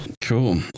Cool